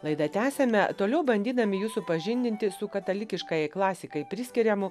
laidą tęsiame toliau bandydami jus supažindinti su katalikiškajai klasikai priskiriamu